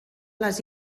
les